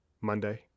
Monday